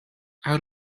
out